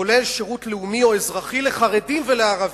כולל שירות לאומי או אזרחי לחרדים ולערבים.